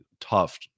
tough